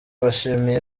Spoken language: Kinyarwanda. bashimiye